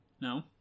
no